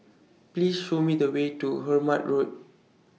Please Show Me The Way to Hemmant Road